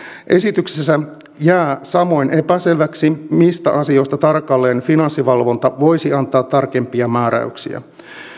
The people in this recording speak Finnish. esityksessä jää samoin epäselväksi mistä asioista tarkalleen finanssivalvonta voisi antaa tarkempia määräyksiä